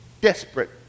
desperate